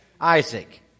Isaac